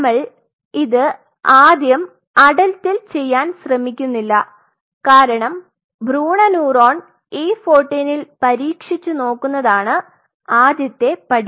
നമ്മൾ ഇത് ആദ്യം അടൽറ്റിൽ ചെയ്യാൻ ശ്രമിക്കുന്നില്ല കാരണം ഭ്രൂണ ന്യൂറോൺ E 14 ൽ പരീക്ഷിച്ചുനോക്കുന്നതാണ് ആദ്യത്തെ പടി